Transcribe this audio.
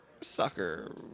Sucker